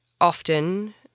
often